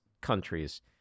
countries